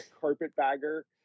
carpetbagger